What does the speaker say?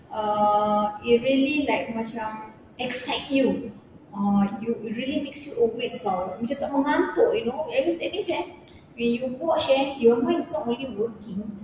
uh it really like macam excite you uh you really makes you awake [tau] macam tak mengantuk you know at least at least eh when you watch eh your mind is not really working